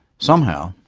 somehow,